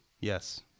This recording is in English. Yes